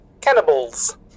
cannibals